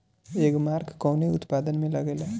एगमार्क कवने उत्पाद मैं लगेला?